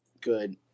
good